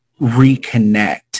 reconnect